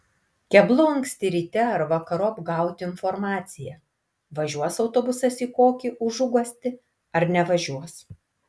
keblu anksti ryte ar vakarop gauti informaciją važiuos autobusas į kokį užuguostį ar nevažiuos